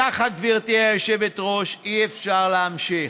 כך, גברתי היושבת-ראש, אי-אפשר להמשיך.